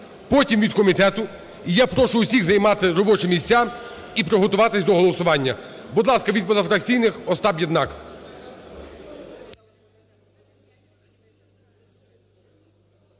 потім – від комітету. І я прошу всіх займати робочі місця і приготуватись до голосування. Будь ласка, від позафракційних – Остап Єднак.